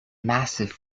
massive